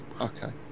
okay